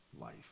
life